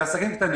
כן, לעסקים קטנים.